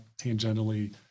tangentially